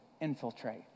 infiltrate